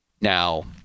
Now